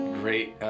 great